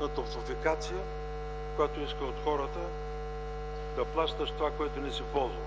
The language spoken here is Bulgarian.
на „Топлофикация”, която иска от хората да плащаш нещо, което не си ползвал.